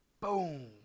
boom